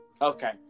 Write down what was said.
Okay